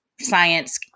science